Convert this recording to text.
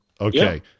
Okay